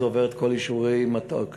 זה עובר את כל אישורי התוכניות,